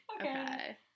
Okay